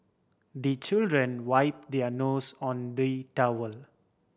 the children wipe their nose on the towel